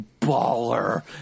baller